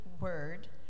word